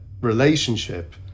relationship